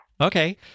Okay